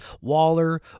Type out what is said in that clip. Waller